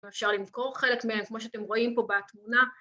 ‫ואפשר לזכור חלק מהם ‫כמו שאתם רואים פה בתמונה.